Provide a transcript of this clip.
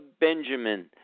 Benjamin